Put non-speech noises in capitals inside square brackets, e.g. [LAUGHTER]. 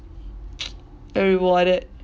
[NOISE] are rewarded